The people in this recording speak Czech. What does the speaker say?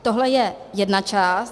Tohle je jedna část.